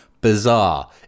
bizarre